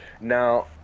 Now